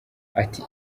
ati